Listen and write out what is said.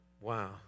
Wow